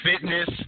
fitness